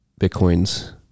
Bitcoin's